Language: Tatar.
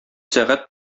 сәгать